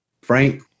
Frank